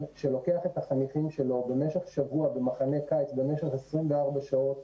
שלוקח את החניכים שלו במשך שבוע למחנה קיץ למשך 24 שעות